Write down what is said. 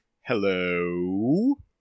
hello